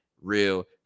real